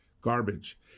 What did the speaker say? garbage